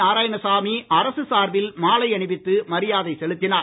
நாராயணசாமி அரசு சார்பில் மாலை அணிவித்து மரியாதை செலுத்தினார்